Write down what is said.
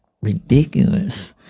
ridiculous